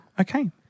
Okay